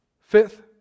Fifth